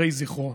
מוקירי זכרו,